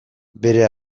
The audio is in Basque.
bere